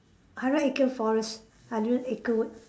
hundred acre forest hundred acre wood